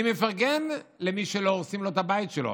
אני מפרגן למי שלא הורסים לו את הבית שלו,